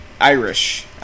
Irish